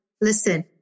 listen